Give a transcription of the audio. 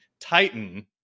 Titan